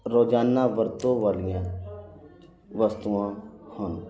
ਰੋਜ਼ਾਨਾ ਵਰਤੋਂ ਵਾਲੀਆਂ ਵਸਤੂਆਂ ਹਨ